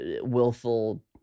willful